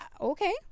Okay